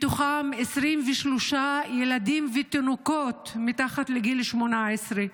מהם 23 ילדים ותינוקות מתחת לגיל 18,